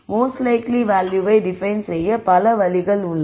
most likely வேல்யூவை define செய்ய பல வழிகள் உள்ளன